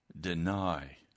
deny